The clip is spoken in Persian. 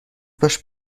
باش